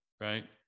right